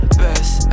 best